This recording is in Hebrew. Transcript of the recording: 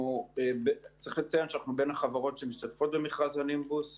צריך לציין שאנחנו בין החברות שמשתתפות במכרז הנימבוס.